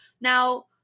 Now